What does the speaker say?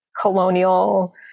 colonial